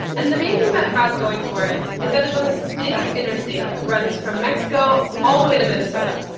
and the main thing that it has going for it is that it's on this big interstate that runs from mexico all the way to minnesota,